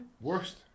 Worst